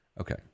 Okay